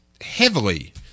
heavily